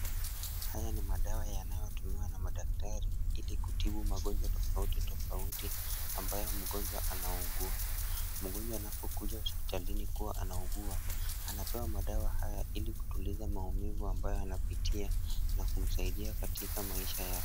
Haya ni madawa yanayotumiwa na madaktari ilinkutobu magonjwa tofautitofauti ambayo mgonjwa anaugua. Mgonjwa anapikuja hospitalini kuwa anaugua anapewa madawa haya ili kutuliza maumivu ambayo anapitia na kumsaidia katika maisha yake.